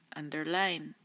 underline